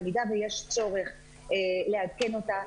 במידה שיש צורך לעדכן אותה,